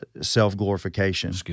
self-glorification